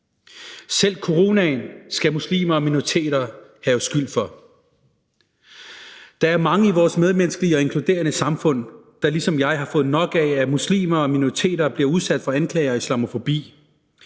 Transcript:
Selv coronaen skal muslimer og minoriteter have skyld for. Der er mange i vores medmenneskelige og inkluderende samfund, der ligesom jeg har fået nok af, at muslimer og minoriteter bliver udsat for anklager og islamofobi.